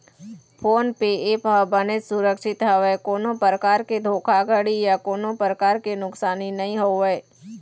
phone पे app ह बनेच सुरक्छित हवय कोनो परकार के धोखाघड़ी या कोनो परकार के नुकसानी नइ होवय